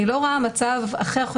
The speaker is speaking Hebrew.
אני לא רואה מצב אחר,